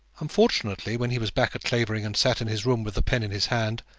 unfortunately, when he was back at clavering, and sat in his room with the pen in his hand,